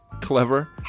clever